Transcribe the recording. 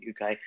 UK